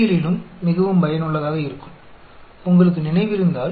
ये सभी जीव विज्ञान में भी बहुत उपयोगी हैं